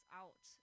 out